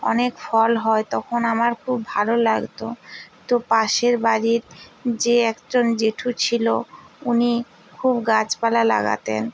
অনেক ফল হয় তখন আমার খুব ভালো লাগত তো পাশের বাড়ির যে একজন জেঠু ছিল উনি খুব গাছপালা লাগাতেন